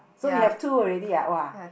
so you have two already ah !wah!